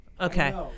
Okay